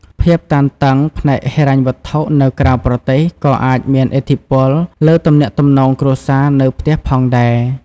ភាពតានតឹងផ្នែកហិរញ្ញវត្ថុនៅក្រៅប្រទេស ក៏អាចមានឥទ្ធិពលលើទំនាក់ទំនងគ្រួសារនៅផ្ទះផងដែរ។